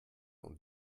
und